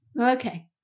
Okay